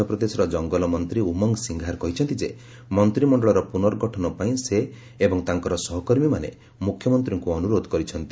ମଧ୍ୟପ୍ରଦେଶର ଜଙ୍ଗଲମନ୍ତ୍ରୀ ଉମଙ୍ଗ ସିଙ୍ଘାର କହିଛନ୍ତି ଯେ ମନ୍ଦ୍ରିମଣ୍ଡଳର ପୁର୍ନଗଠନ ପାଇଁ ସେ ଏବଂ ତାଙ୍କର ସହକର୍ମୀମାନେ ମୁଖ୍ୟମନ୍ତ୍ରୀଙ୍କୁ ଅନୁରୋଧ କରିଛନ୍ତି